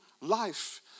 life